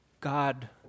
God